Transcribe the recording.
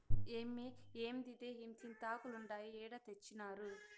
ఏమ్మే, ఏందిదే ఇంతింతాకులుండాయి ఏడ తెచ్చినారు